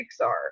pixar